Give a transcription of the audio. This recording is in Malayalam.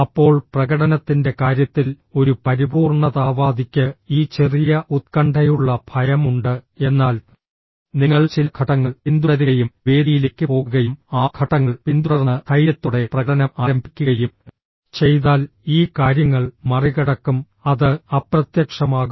അപ്പോൾ പ്രകടനത്തിന്റെ കാര്യത്തിൽ ഒരു പരിപൂർണ്ണതാവാദിക്ക് ഈ ചെറിയ ഉത്കണ്ഠയുള്ള ഭയം ഉണ്ട് എന്നാൽ നിങ്ങൾ ചില ഘട്ടങ്ങൾ പിന്തുടരുകയും വേദിയിലേക്ക് പോകുകയും ആ ഘട്ടങ്ങൾ പിന്തുടർന്ന് ധൈര്യത്തോടെ പ്രകടനം ആരംഭിക്കുകയും ചെയ്താൽ ഈ കാര്യങ്ങൾ മറികടക്കും അത് അപ്രത്യക്ഷമാകും